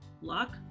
lock